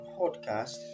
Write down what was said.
podcast